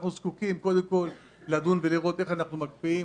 אנחנו צריכים לראות איך אנחנו מקפיאים.